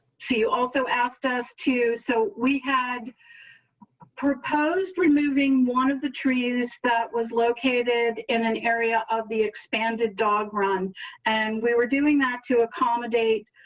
see, you also asked us to. so we had proposed removing one of the trees that was located in an area of the expanded dog run and we were doing that to accommodate